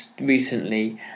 recently